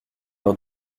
leur